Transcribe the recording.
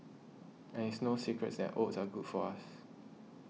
and it's no secrets that oats are good for us